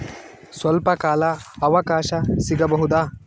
ಸ್ವಲ್ಪ ಕಾಲ ಅವಕಾಶ ಸಿಗಬಹುದಾ?